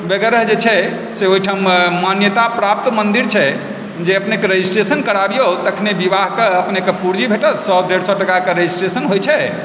वगैरह जे छै से ओहिठाम मान्यताप्राप्त मन्दिर छै जे अपनेके रजिस्ट्रेशन कराबियौ तखने विवाहके अपनेके पूर्जी भेटत सए डेढ़ सए तकके रजिस्ट्रेशन होइ छै